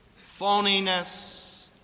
Phoniness